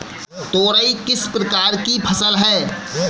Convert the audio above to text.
तोरई किस प्रकार की फसल है?